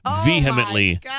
vehemently